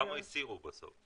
כמה הסירו בסוף?